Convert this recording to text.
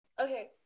Okay